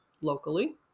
locally